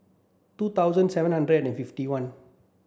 two thousand seven hundred and fifty one